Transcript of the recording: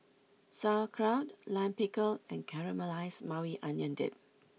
Sauerkraut Lime Pickle and Caramelized Maui Onion Dip